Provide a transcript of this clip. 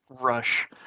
rush